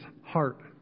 heart